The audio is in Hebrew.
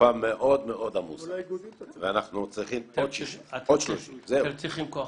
צריכים עוד כוח אדם?